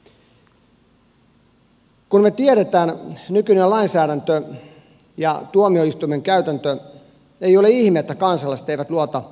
kun me tiedämme nykyisen lainsäädännön ja tuomioistuimen käytännön ei ole ihme että kansalaiset eivät luota oikeusturvaan